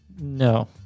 no